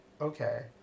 okay